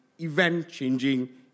event-changing